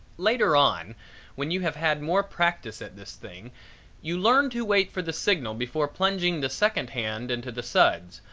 later on when you have had more practice at this thing you learn to wait for the signal before plunging the second hand into the suds,